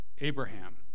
Abraham